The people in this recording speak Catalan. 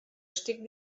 estic